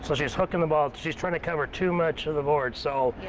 so she's hooking the ball, she's trying to cover too much of the board. so,